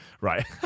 right